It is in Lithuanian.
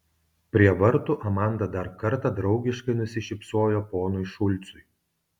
prie vartų amanda dar kartą draugiškai nusišypsojo ponui šulcui